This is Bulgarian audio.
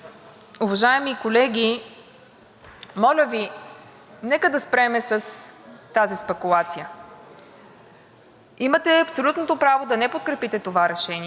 Имате абсолютното право да не подкрепите това решение, имате право да излагате аргументи, но много се надявам в българския парламент да не чуваме постоянно